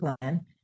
plan